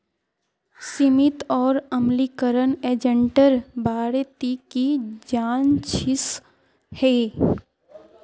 सीमित और अम्लीकरण एजेंटेर बारे ती की जानछीस हैय